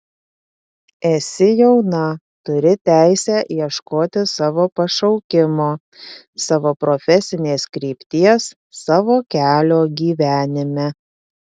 esi jauna turi teisę ieškoti savo pašaukimo savo profesinės krypties savo kelio gyvenime